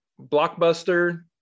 Blockbuster